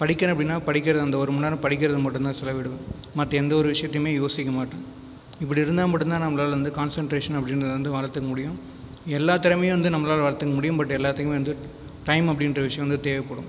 படிக்கிறேன் அப்படின்னா படிக்கிற அந்த ஒரு மணி நேரம் படிக்கிறது மட்டும் தான் செலவிடுவேன் மற்ற எந்த ஒரு விஷயத்தையுமே யோசிக்க மாட்டேன் இப்படி இருந்தால் மட்டும் தான் நம்மளால வந்து கான்செண்ட்ரேஷன் அப்படிங்றத வந்து வளர்த்துக்கு முடியும் எல்லா திறமையும் வந்து நம்மளால வளர்த்துக்கு முடியும் பட் எல்லாத்துக்குமே வந்து டைம் அப்படின்ற விஷயம் வந்து தேவைப்படும்